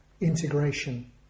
integration